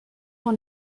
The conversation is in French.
dans